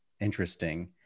interesting